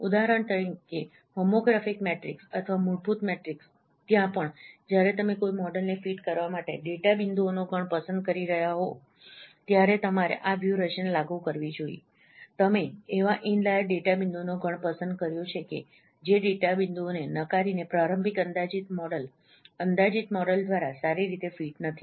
ઉદાહરણ તરીકે homography matrix અથવા મૂળભૂત મેટ્રિક્સ ત્યાં પણ જ્યારે તમે કોઈ મોડેલને ફીટ કરવા માટે ડેટા બિંદુઓનો ગણ પસંદ કરી રહ્યા હો ત્યારે તમારે આ વ્યૂહરચના લાગુ કરવી જોઈએ તમે એવા ઇનલાઈર ડેટા બિંદુઓનો ગણ પસંદ કર્યો છે કે જે ડેટા બિંદુઓને નકારી ને પ્રારંભિક અંદાજિત મોડેલ અંદાજિત મોડેલ દ્વારા સારી રીતે ફીટ નથી